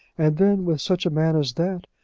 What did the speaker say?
and then with such a man as that,